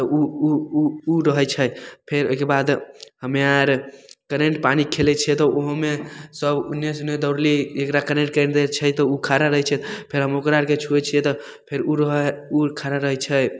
तऽ ओ ओ ओ ओ रहै छै फेर ओहिके बाद हमे आर टरेन पानी खेलै छिए तऽ ओहूमे सभ ओन्नेसे ओन्ने दौड़ली जकरा कराएल कएल रहै छै तऽ ओ खड़ा रहै छै फेर हम ओकरा आरके छुए छिए तऽ फेर ओ रहै हइ ओ खड़ा रहै छै